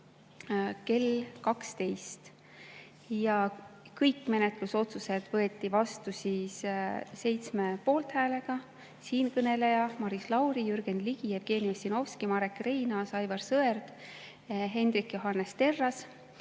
kell 12. Kõik menetlusotsused võeti vastu 7 poolthäälega: siinkõneleja, Maris Lauri, Jürgen Ligi, Jevgeni Ossinovski, Marek Reinaas, Aivar Sõerd, Hendrik Johannes Terras.